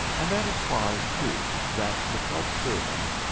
and that is why, too, that the club servants,